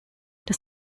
das